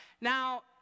Now